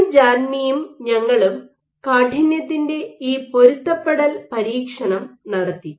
Paul ജാൻമിയും ഞങ്ങളും കാഠിന്യത്തിന്റെ ഈ പൊരുത്തപ്പെടുത്തൽ പരീക്ഷണം നടത്തി